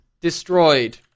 destroyed